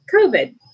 COVID